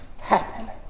happen